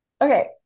Okay